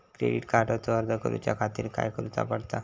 Credit कार्डचो अर्ज करुच्या खातीर काय करूचा पडता?